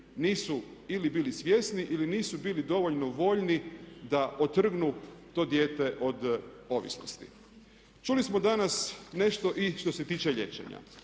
nisu ili bili svjesni ili nisu bili dovoljno voljni da otrgnu to dijete od ovisnosti. Čuli smo danas nešto i što se tiče liječenja.